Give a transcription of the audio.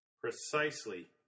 Precisely